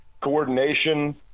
coordination